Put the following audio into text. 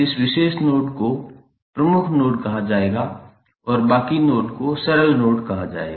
इस विशेष नोड को प्रमुख नोड कहा जाएगा और बाकी नोड को सरल नोड कहा जाएगा